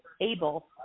able